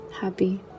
happy